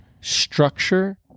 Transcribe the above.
structure